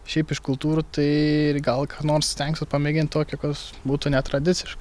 šiaip iš kultūrų tai ir gal ką nors stengsiu pamėgint tokio kas būtų netradiciška